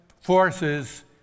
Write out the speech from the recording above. forces